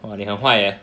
!wah! 你很坏 leh